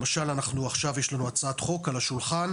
למשל עכשיו יש לנו הצעת חוק על השולחן,